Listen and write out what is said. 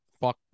Fuck